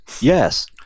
yes